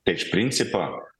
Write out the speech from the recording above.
tai iš principo